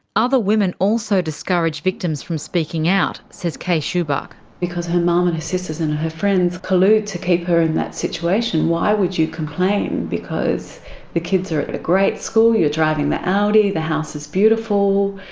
other women also discourage victims from speaking out, says kay schubach. because her mum um and her sisters and her friends collude to keep her in that situation why would you complain, because the kids are at a great school, you're driving the audi, the house is beautiful,